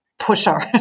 pusher